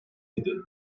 idi